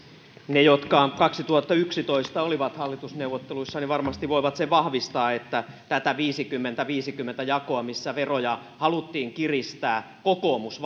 ne jotka olivat kaksituhattayksitoista hallitusneuvotteluissa voivat varmasti sen vahvistaa että tätä viisikymmentä viiva viisikymmentä jakoa missä veroja haluttiin kiristää kokoomus